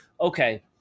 Okay